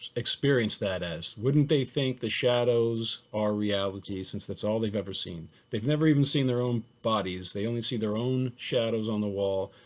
experience that as? wouldn't they think the shadows are reality since that's all they've ever seen? they've never even seen their own bodies they only see their own shadows on the wall.